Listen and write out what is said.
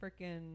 freaking –